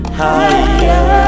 higher